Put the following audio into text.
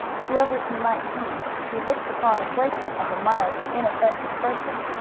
whoever he might be he looked upon a quaker as a mild, inoffensive person,